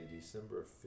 December